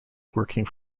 working